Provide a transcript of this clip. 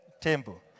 temple